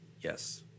Yes